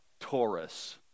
Taurus